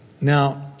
Now